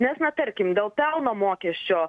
nes na tarkim dėl pelno mokesčio